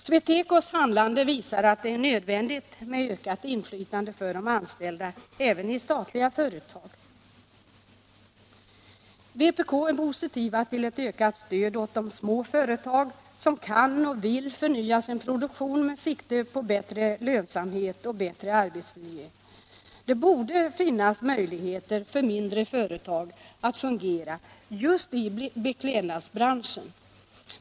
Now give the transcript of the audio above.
SweTecos handlande visar 63 att det är nödvändigt med ökat inflytande för de anställda även i statliga företag. Vpk är positivt till ett ökat stöd åt de små företag som kan och vill förnya sin produktion med sikte på bättre lönsamhet och bättre arbetsmiljö. Det borde finnas möjligheter för mindre företag att fungera just i beklädnadsbranschen.